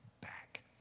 back